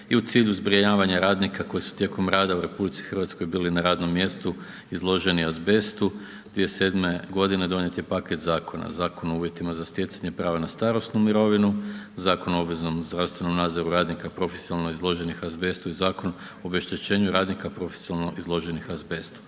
i u cilju zbrinjavanja radnika koji su tijekom rada u RH bili na radnom mjestu izloženi azbestu, 2007. g. donijet je paketa zakona, Zakon o uvjetima za stjecanje prava na starosnu mirovinu, Zakon o obveznom zdravstvenom nadzoru radnika profesionalno izloženih azbestu i Zakon o obeštećenju radnika profesionalno izloženih azbestu.